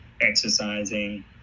exercising